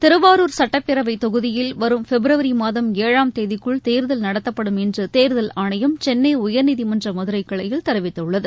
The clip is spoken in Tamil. திருவாரூர் சட்டப்பேரவைத் தொகுதியில் வரும் பிப்ரவரி மாதம் ஏழாம் தேதிக்குள் தேர்தல் நடத்தப்படும் என்று தேர்தல் ஆணையம் சென்னை உயர்நீதிமன்ற மதுரை கிளையில் தெரிவித்துள்ளது